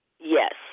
Yes